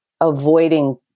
avoiding